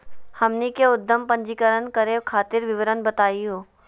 हमनी के उद्यम पंजीकरण करे खातीर विवरण बताही हो?